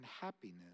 happiness